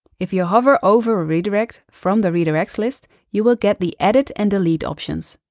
if you hover over a redirect from the redirects list, you will get the edit and delete options.